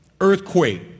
earthquake